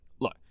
look